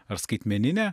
ar skaitmeninę